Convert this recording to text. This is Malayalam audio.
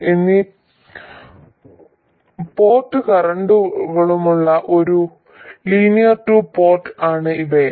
എന്നീ പോർട്ട് കറന്റുകളുമുള്ള ഒരു ലീനിയർ ടു പോർട്ട് ആണ് ഇവയെല്ലാം